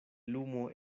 lumo